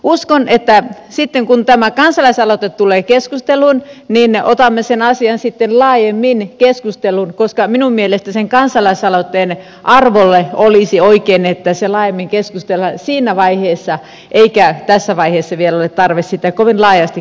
uskon että sitten kun tämä kansalaisaloite tulee keskusteluun niin otamme sen asian sitten laajemmin keskusteluun koska minun mielestäni sen kansalaisaloitteen arvolle olisi oikein että siitä laajemmin keskustellaan siinä vaiheessa eikä tässä vaiheessa vielä ole tarve sitä kovin laajasti käydä läpi